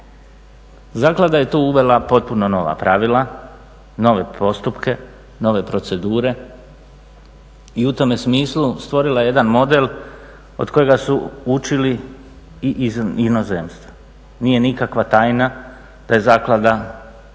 Zaklada je tu uvela potpuno nova pravila, nove postupke, nove procedure i u tome smislu stvorila je jedna model od kojega su učili i iz inozemstva. Nije nikakva tajna da je zaklada već